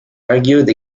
argued